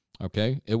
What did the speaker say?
Okay